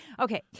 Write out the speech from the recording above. Okay